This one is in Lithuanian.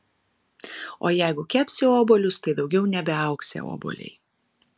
o jeigu kepsi obuolius tai daugiau nebeaugsią obuoliai